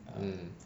mm